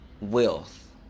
wealth